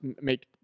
make